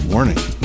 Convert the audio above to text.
Warning